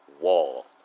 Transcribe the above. wall